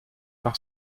par